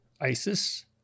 Isis